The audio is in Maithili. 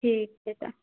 ठीक छै तऽ